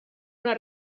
una